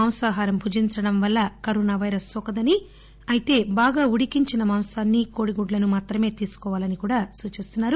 మాంసాహారం భుజించడం వల్ల కరోనా పైరస్ నోకదని అయితే బాగా ఉడికించిన మాంసాన్ని కోడిగుడ్లను తీసుకోవాలని వైద్యులు సూచిస్తున్నారు